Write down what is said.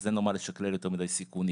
אז אין לו מה לשקלל יותר מידי סיכונים.